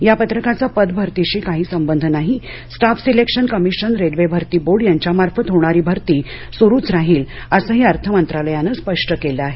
या पत्रकाचा पद भरतीशी काही संबंध नाही स्टाफ सिलेक्शन कमिशन रेल्वे भरती बोर्ड यांच्यामार्फत होणारी भरती सुरूट राहील असंही असंही अर्थ मंत्रालयानं स्पष्ट केलं आहे